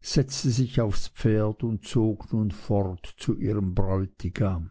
setzte sich aufs pferd und zog nun fort zu ihrem bräutigam